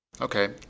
Okay